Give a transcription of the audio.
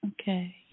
Okay